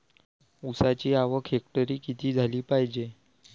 ऊसाची आवक हेक्टरी किती झाली पायजे?